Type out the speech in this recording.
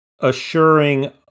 assuring